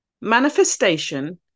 manifestation